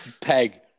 peg